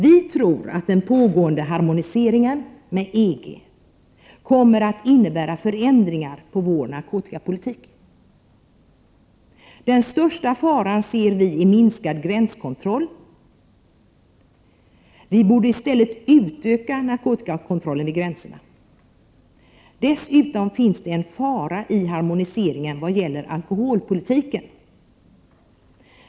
Vi tror att den pågående harmoniseringen med EG kommer att innebära förändringar av vår narkotikapolitik. Den största faran ser vi i minskad gränskontroll. Vi borde i stället utöka narkotikakontrollen vid gränserna. Dessutom finns det en fara i harmoniseringen när det gäller alkoholpolitiken.